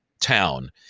town